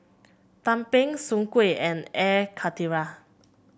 tumpeng Soon Kuih and Air Karthira